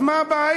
אז מה הבעיה?